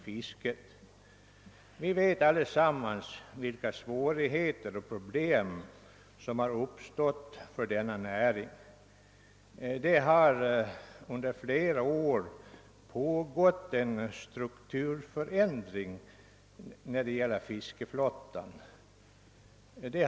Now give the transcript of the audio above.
Alla känner till vilka svårigheter och problem som fiskerinäringen har fått att brottas med. Under flera år har det pågått en genomgripande strukturförändring av fiskeflottan.